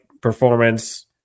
performance